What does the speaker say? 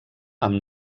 amb